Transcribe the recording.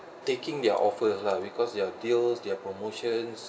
taking their offer lah because their deals their promotions